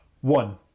One